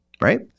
right